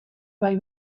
bai